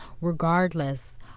regardless